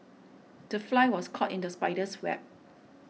the fly was caught in the spider's web